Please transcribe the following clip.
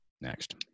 next